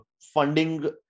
funding